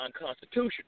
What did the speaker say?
unconstitutional